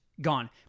Gone